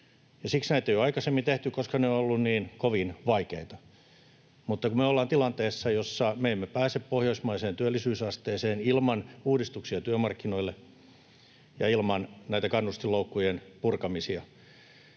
ja näitä ei ole aikaisemmin tehty, koska ne ovat olleet niin kovin vaikeita. Mutta me ollaan tilanteessa, jossa me emme pääse pohjoismaiseen työllisyysasteeseen ilman uudistuksia työmarkkinoille ja ilman näitä kannustinloukkujen purkamisia.